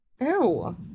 Ew